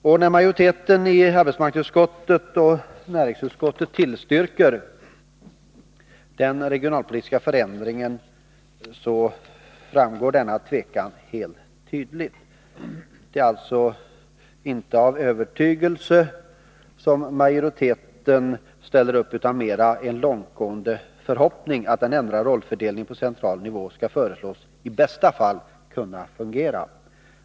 Och när majoriteten i arbetsmarknadsutskottet och näringsutskottet tillstyrker den regionalpolitiska förändringen framstår denna tveksamhet tydligt. Det är inte av övertygelse som majoriteten ställer upp utan det beror mer på en långtgående förhoppning om att den ändrade rollfördelning på central nivå som föreslås i bästa fall skall kunna fungera.